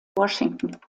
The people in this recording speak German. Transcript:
washington